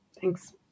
thanks